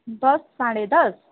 दस साढे दस